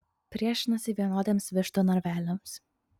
priešinasi vienodiems vištų narveliams